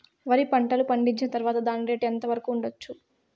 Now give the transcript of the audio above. వరి పంటలు పండించిన తర్వాత దాని రేటు ఎంత వరకు ఉండచ్చు